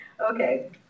Okay